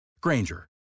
Granger